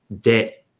debt